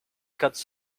quatre